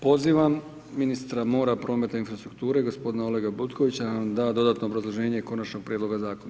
Pozivam ministra mora, prometa i infrastrukture, gospodina Olega Butkovića da nam da dodatno obrazloženje konačnog prijedloga zakona.